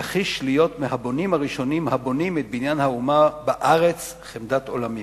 יחיש להיות מהבונים הראשונים הבונים את בניין האומה בארץ חמדת עולמים".